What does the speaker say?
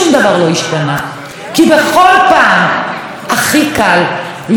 כי בכל פעם הכי קל לנגוס בצפון,